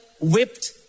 whipped